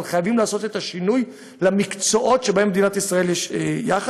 אבל חייבים לעשות את השינוי למקצועות שבהם למדינת ישראל יש יתרון.